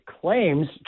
claims